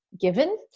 given